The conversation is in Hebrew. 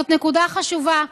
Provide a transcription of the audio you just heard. זאת נקודה חשובה,